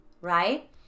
right